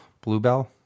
Bluebell